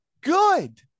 Good